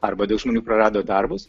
arba dėl žmonių prarado darbus